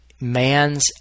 Man's